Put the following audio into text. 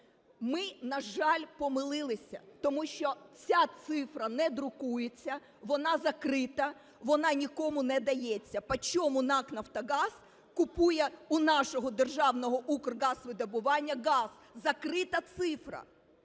Ми, на жаль, помилилися, тому що ця цифра не друкується, вона закрита, вона нікому не дається, по чому НАК "Нафтогаз" купує у нашого державного Укргазвидобування газ, закрита цифра.